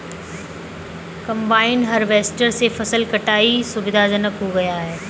combine harvester से फसल कटाई सुविधाजनक हो गया है